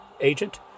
agent